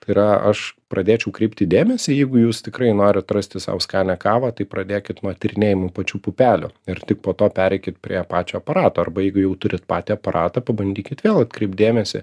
tai yra aš pradėčiau kreipti dėmesį jeigu jūs tikrai norit rasti sau skanią kavą tai pradėkit nuo tyrinėjimų pačių pupelių ir tik po to pereikit prie pačio aparato arba jeigu jau turit patį aparatą pabandykit vėl atkreipt dėmesį